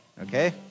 Okay